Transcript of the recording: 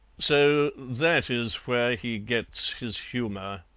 so that is where he gets his humour,